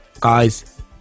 guys